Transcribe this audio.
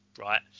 right